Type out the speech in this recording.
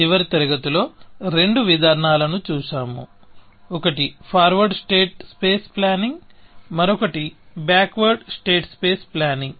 చివరి తరగతిలో రెండు విధానాలను చూశాము ఒకటి ఫార్వర్డ్ స్టేట్ స్పేస్ ప్లానింగ్ మరొకటి backward state space planning